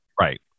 Right